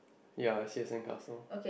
ya I see a sandcastle